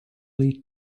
lee